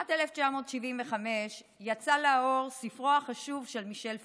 בשנת 1975 יצא לאור ספרו החשוב של מישל פוקו,